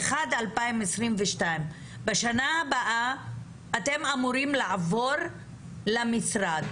2022. בשנה הבאה אתם אמורים לעבור למשרד.